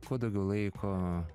kuo daugiau laiko